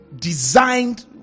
designed